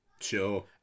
Sure